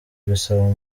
bisaba